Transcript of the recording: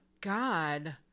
God